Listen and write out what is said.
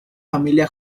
familia